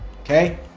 okay